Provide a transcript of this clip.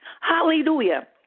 Hallelujah